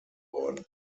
worden